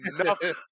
enough